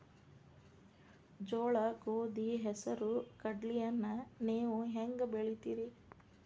ಜೋಳ, ಗೋಧಿ, ಹೆಸರು, ಕಡ್ಲಿಯನ್ನ ನೇವು ಹೆಂಗ್ ಬೆಳಿತಿರಿ?